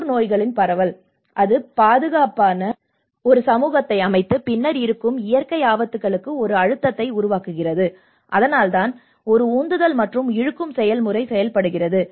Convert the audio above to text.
உள்ளூர் நோய்களின் பரவல் இது ஆபத்துக்குள்ளான ஒரு சமூகத்தை அமைத்து பின்னர் இருக்கும் இயற்கை ஆபத்துகளுக்கு ஒரு அழுத்தத்தை உருவாக்குகிறது அதனால்தான் ஒரு உந்துதல் மற்றும் இழுக்கும் செயல்முறை செயல்படுகிறது